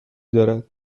دارد